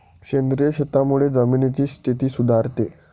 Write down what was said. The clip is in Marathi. सेंद्रिय खतामुळे जमिनीची स्थिती सुधारते